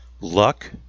Luck